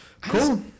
cool